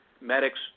medics